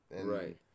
Right